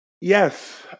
Yes